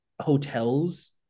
hotels